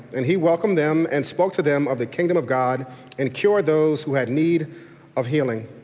and he welcomed them and spoke to them of the kingdom of god and cured those who had need of healing.